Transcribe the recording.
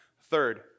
third